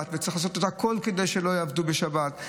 וצריך לעשות הכול כדי שלא יעבדו בשבת.